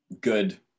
good